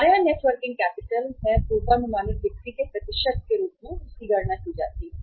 हमारे यहां net working capital है पूर्वानुमानित बिक्री के प्रतिशत के रूप में गणना की जाती है